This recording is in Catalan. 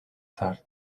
tard